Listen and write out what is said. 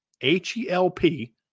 H-E-L-P